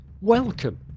welcome